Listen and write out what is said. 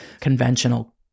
conventional